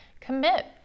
Commit